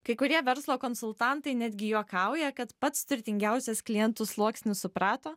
kai kurie verslo konsultantai netgi juokauja kad pats turtingiausias klientų sluoksnis suprato